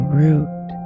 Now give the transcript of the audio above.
root